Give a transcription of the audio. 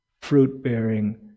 fruit-bearing